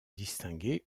distinguée